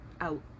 out